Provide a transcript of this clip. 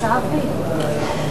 תודה לאל.